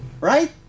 Right